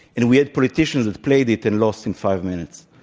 and we had politicians who played it and lost in five minutes.